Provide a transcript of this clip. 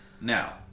Now